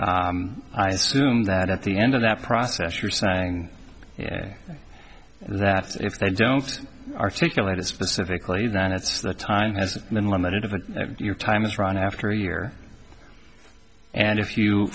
i assume that at the end of that process you're saying that if they don't articulate it specifically then it's that time has been limited of a your time is run after a year and if you